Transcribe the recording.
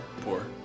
poor